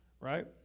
right